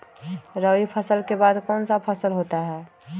रवि फसल के बाद कौन सा फसल होता है?